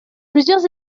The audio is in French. plusieurs